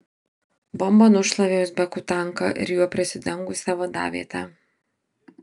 bomba nušlavė uzbekų tanką ir juo prisidengusią vadavietę